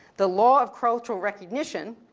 the law of cultural recognition,